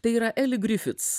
tai yra eli grifits